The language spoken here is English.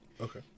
Okay